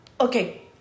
okay